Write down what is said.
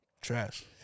Trash